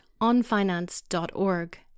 onfinance.org